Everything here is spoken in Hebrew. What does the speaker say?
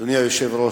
אדוני היושב-ראש,